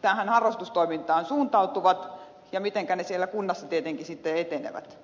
tähän harrastustoimintaan suuntautuvat ja mitenkä ne siellä kunnassa tietenkin sitten etenevät